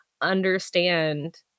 understand